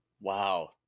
Wow